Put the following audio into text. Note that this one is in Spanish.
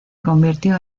convirtió